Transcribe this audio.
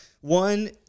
One